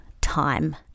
time